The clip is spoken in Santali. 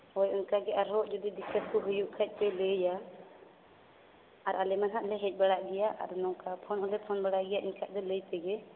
ᱦᱳᱭ ᱚᱱᱠᱟ ᱜᱮ ᱟᱨᱦᱚᱸ ᱡᱩᱫᱤ ᱵᱤᱥᱟᱠᱛᱚ ᱦᱩᱭᱩᱜ ᱠᱷᱟᱡ ᱯᱮ ᱞᱟᱹᱭᱟ ᱟᱨ ᱟᱞᱮ ᱢᱟ ᱱᱟᱜᱷ ᱞᱮ ᱦᱮᱡ ᱵᱟᱲᱟᱜ ᱜᱮᱭᱟ ᱟᱨ ᱱᱚᱝᱠᱟ ᱯᱷᱳᱱ ᱦᱚᱸᱞᱮ ᱯᱷᱳᱱ ᱵᱟᱲᱟᱭ ᱜᱮᱭᱟ ᱮᱱᱠᱷᱟᱡ ᱫᱚ ᱞᱟᱹᱭ ᱯᱮᱜᱮ